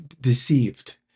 deceived